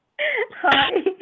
Hi